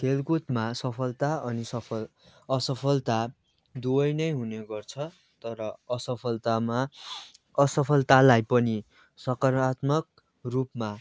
खेलकुदमा सफलता अनि सफल असफलता दुवै नै हुने गर्छ तर असफलतामा असफलतालाई पनि सकारात्मक रूपमा